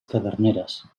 caderneres